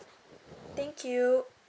thank you